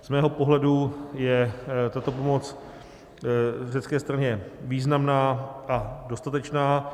Z mého pohledu je tato pomoc řecké straně významná a dostatečná.